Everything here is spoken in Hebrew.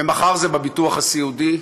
ומחר זה בביטוח הסיעודי,